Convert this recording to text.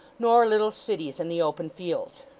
nor little cities in the open fields.